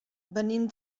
venim